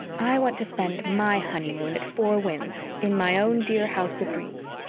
i want to spend my honeymoon at four winds in my own dear house of dreams.